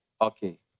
Okay